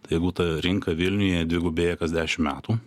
tai jeigu ta rinka vilniuje dvigubėja kas dešim metų